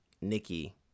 Nikki